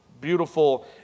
beautiful